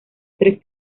tres